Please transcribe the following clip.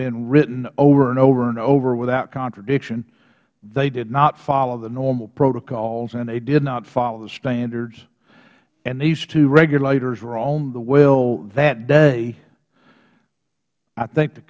been written over and over and over without contradiction they did not follow the normal protocols and they did not follow the standards and these two regulators were on the well that day i think the